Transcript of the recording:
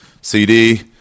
CD